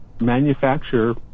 manufacture